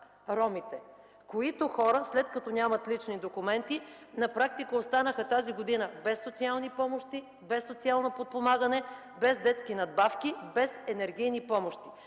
ромите. Тези хора, които нямат лични документи, на практика тази година останаха без социални помощи, без социално подпомагане, без детски надбавки, без енергийни помощи.